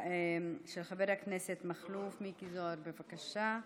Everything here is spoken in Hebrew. של חבר הכנסת מכלוף מיקי זוהר, בבקשה.